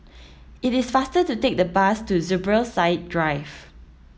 it is faster to take the bus to Zubir Said Drive